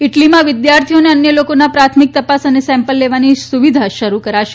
ઈટાલીમાં વિદ્યાર્થીઓ તથા અન્ય લોકોના પ્રાથમિક તપાસ અને સેમ્પલ લેવાની સુવિધા શરૂ કરાશે